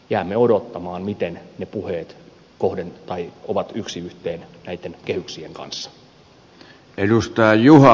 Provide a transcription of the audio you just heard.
jäämme odottamaan miten ne puheet ovat yksi yhteen näitten kehyksien kanssa